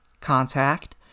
Contact